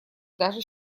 даже